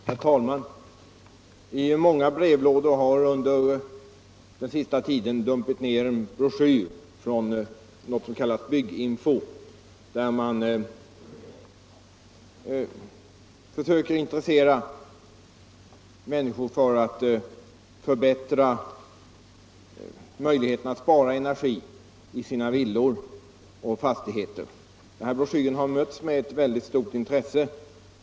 Herr talman! I många brevlådor har det under den senaste tiden dumpit ned en broschyr från något som kallas Bygginfo. I den försöker man intressera människor för att spara energi i sina villor och fastigheter. Broschyren har mötts av mycket stort intresse.